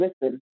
listen